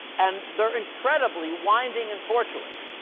and they're incredibly winding and tortuous.